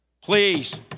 Please